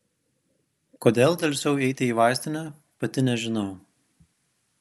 kodėl delsiau eiti į vaistinę pati nežinau